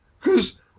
Cause